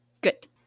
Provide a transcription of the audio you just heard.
Good